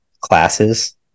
classes